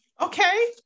Okay